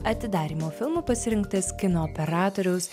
atidarymo filmu pasirinktas kino operatoriaus